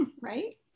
right